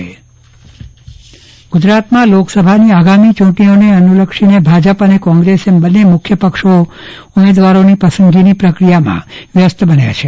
ચંદ્રવદન પટ્ટણી ઉમેદવારી પસંદગી ગુજરાતમાં લોકસભાની આગામી ચૂંટણીઓને અનુલક્ષીને ભાજપ અને કોંગ્રેસ એમ બંને મુખ્ય પક્ષો ઉમેદવારોની પસંદગીની પ્રક્રિયામાં વ્યસ્ત બન્યા છે